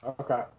Okay